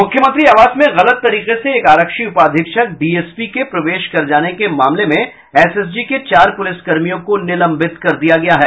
मुख्यमंत्री आवास में गलत तरीके से एक आरक्षी उपाधीक्षक डीएसपी के प्रवेश कर जाने के मामले में एसएसजी के चार पुलिस कर्मियों को निलंबित कर दिया गया है